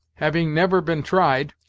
having never been tried,